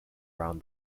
around